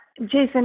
Jason